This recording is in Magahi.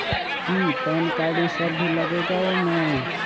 कि पैन कार्ड इ सब भी लगेगा वो में?